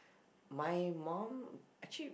my mum actually